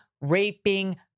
raping